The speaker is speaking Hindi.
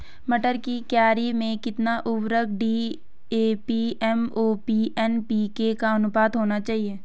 मटर की एक क्यारी में कितना उर्वरक डी.ए.पी एम.ओ.पी एन.पी.के का अनुपात होना चाहिए?